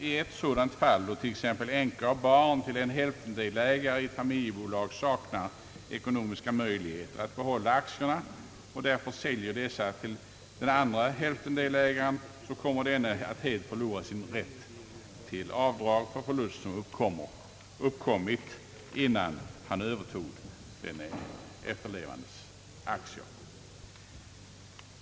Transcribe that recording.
I ett sådant fall då t.ex. änka och barn till en hälftendelägare till familjebolag saknar ekonomiska möjligheter att behålla aktierna och därför säljer dessa till den andra hälftendelägaren, kommer denne att helt förlora sin rätt till avdrag för förlust som uppkommit innan han övertog den efterlevandes aktier.